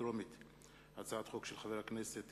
הצעת חוק בית העצמאות,